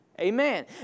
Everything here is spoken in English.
Amen